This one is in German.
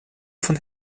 von